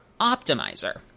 Optimizer